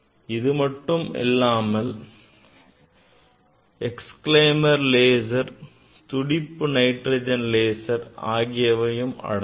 இது மட்டும் இல்லாமல் excimer லேசர் துடிப்பு நைட்ரஜன் லேசர் ஆகும்